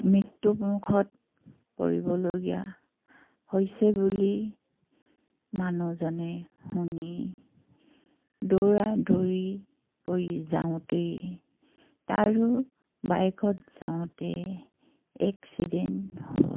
মৃত্যুমুখত পৰিবলগীয়া হৈছে বুলি মানুহজনে শুনি দৌৰা দৌৰি কৰি যাওঁতেই তাৰো বাইকত যাওঁতে এক্সিডেণ্ট হ'ল